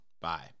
Bye